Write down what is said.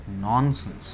nonsense